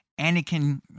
Anakin